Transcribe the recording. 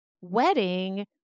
wedding